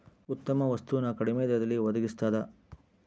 ಉತ್ತಮ ವಸ್ತು ನ ಕಡಿಮೆ ದರದಲ್ಲಿ ಒಡಗಿಸ್ತಾದ